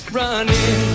running